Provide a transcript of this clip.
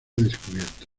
descubierto